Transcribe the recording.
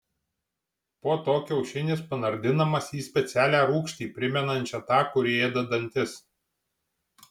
po to kiaušinis panardinamas į specialią rūgštį primenančią tą kuri ėda dantis